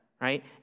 right